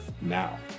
now